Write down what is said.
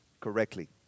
correctly